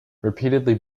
repeatedly